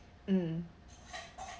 mm